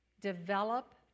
develop